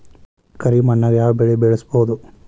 ಕರಿ ಮಣ್ಣಾಗ್ ಯಾವ್ ಬೆಳಿ ಬೆಳ್ಸಬೋದು?